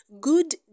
Good